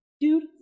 Dude